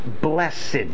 Blessed